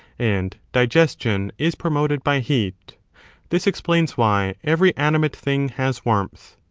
and digestion is promoted by heat this explains why every animate thing has warmth.